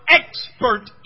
expert